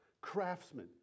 craftsmen